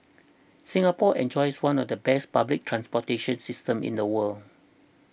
Singapore enjoys one of the best public transportation systems in the world